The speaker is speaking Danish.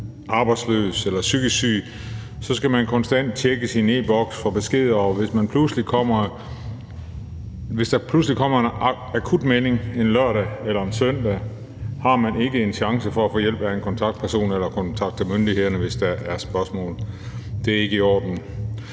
arbejdsløs eller psykisk syg, skal man konstant tjekke sin e-Boks for beskeder, og hvis der pludselig kommer en akut melding en lørdag eller en søndag, har man ikke en chance for at få hjælp af en kontaktperson eller tage kontakt til myndighederne, hvis der er spørgsmål. Det er ikke i orden,